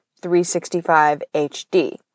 365HD